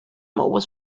was